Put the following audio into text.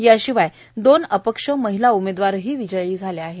याशिवाय दोन अपक्ष महिला उमेदवारही विजयी झाल्या आहेत